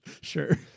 Sure